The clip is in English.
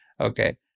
Okay